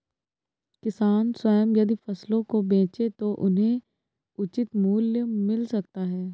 किसान स्वयं यदि फसलों को बेचे तो उन्हें उचित मूल्य मिल सकता है